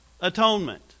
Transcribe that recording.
atonement